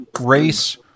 race